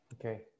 Okay